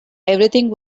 everything